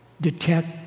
detect